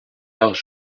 par